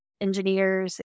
engineers